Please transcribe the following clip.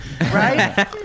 right